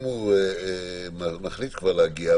אם הוא מחליט כבר להגיע,